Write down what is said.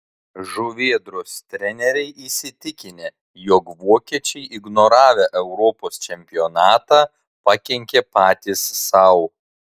žuvėdros treneriai įsitikinę jog vokiečiai ignoravę europos čempionatą pakenkė patys sau